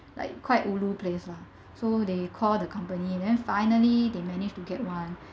there like quite ulu place lah so they called the company then finally they managed to get one